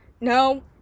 no